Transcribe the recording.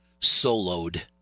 soloed